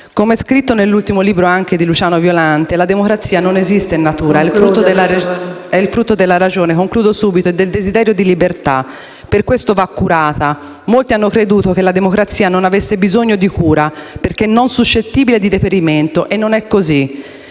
Come è scritto nell'ultimo libro di Luciano Violante, la democrazia non esiste in natura, è il frutto della ragione e del desiderio di libertà e, per questo, va curata. Molti hanno creduto che la democrazia non avesse bisogno di cura perché non suscettibile di deperimento, e non è così.